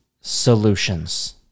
solutions